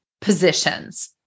positions